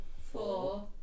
Four